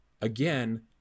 Again